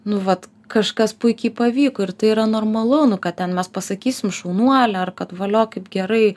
nu vat kažkas puikiai pavyko ir tai yra normalu nu ką ten mes pasakysim šaunuolė ar kad valio kaip gerai